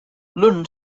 lund